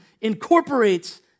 incorporates